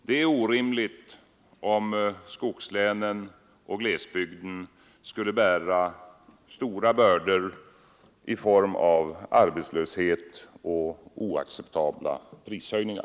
Det är orimligt om skogslänen och glesbygden skall bära stora bördor i form av arbetslöshet och oacceptabla prishöjningar.